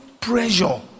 pressure